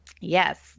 Yes